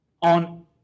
on